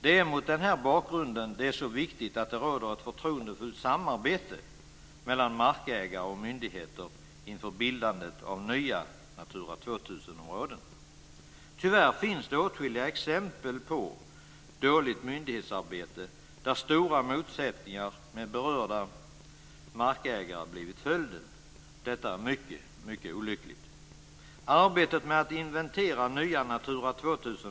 Det är mot den bakgrunden det är så viktigt att det råder ett förtroendefullt samarbete mellan markägare och myndigheter inför bildandet av nya Natura 2000 Tyvärr finns det åtskilliga exempel på dåligt myndighetsarbete där stora motsättningar med berörda markägare blivit följden. Detta är mycket olyckligt.